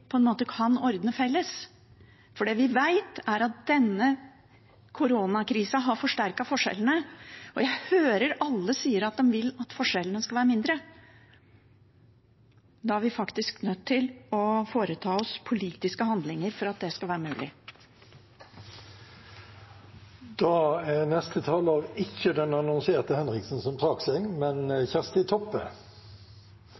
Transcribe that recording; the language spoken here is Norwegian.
på en måte kan ordne felles. For det vi vet, er at denne koronakrisen har forsterket forskjellene, og jeg hører alle sier at de vil at forskjellene skal være mindre. Da er vi faktisk nødt til å handle politisk for at det skal være